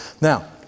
Now